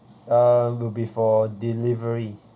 uh will be for delivery